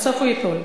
בסוף הוא ייפול.